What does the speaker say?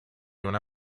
una